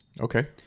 Okay